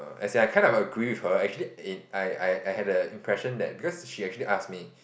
as in I kind of agree with her actually in I I I had a impression that because she actually ask me